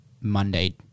Monday